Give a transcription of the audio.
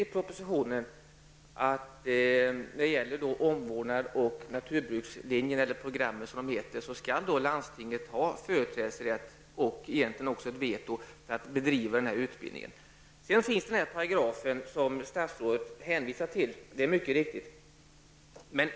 I propositionen sägs beträffande omvårdnads och naturbruksprogrammen att landstingen skall ha företrädesrätt och veto när det gäller utbildningens bedrivande. Statsrådet hänvisar till en paragraf.